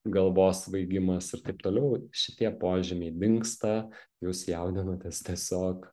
galvos svaigimas ir taip toliau šitie požymiai dingsta jūs jaudinatės tiesiog